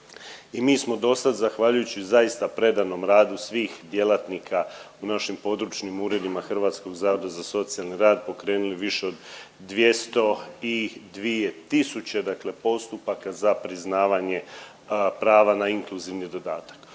i mi smo dosad zahvaljujući zaista predanom radu svih djelatnika u našim područnim uredima Hrvatskog zavoda za socijalni rad pokrenuli više od 200 i 2 tisuće dakle postupaka za priznavanje prava na inkluzivni dodatak.